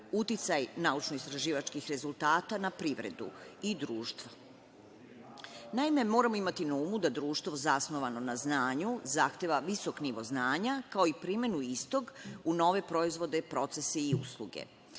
uticaj naučno-istraživačkih rezultata na privredu i društvo. Naime, moramo imati na umu da društvo zasnovano na znanju zahteva visok znanja, kao i primenu istog u nove proizvode, procese i usluge.